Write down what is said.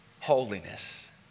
holiness